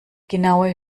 genaue